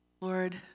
Lord